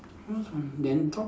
then dog